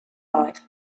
life